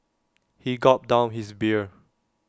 he gulped down his beer